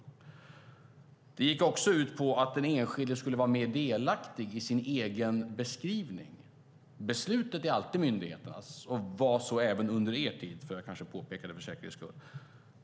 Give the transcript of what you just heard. Uppdraget gick också ut på att den enskilde skulle vara mer delaktig i sin egen beskrivning. Beslutet är alltid myndigheternas, och var så även under er tid, får jag kanske påpeka för säkerhets skull.